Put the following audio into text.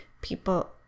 People